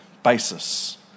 basis